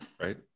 right